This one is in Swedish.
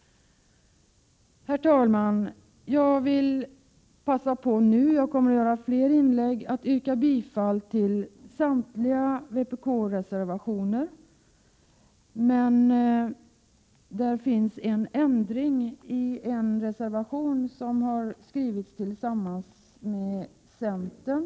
Herr talman! Jag vill passa på nu, trots att jag kommer att göra fler inlägg, att yrka bifall till samtliga vpk-reservationer. Det finns en ändring i en reservation som har skrivits tillsammans med centern.